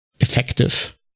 effective